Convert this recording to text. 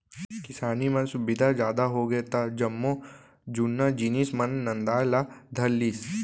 किसानी म सुबिधा जादा होगे त जम्मो जुन्ना जिनिस मन नंदाय ला धर लिस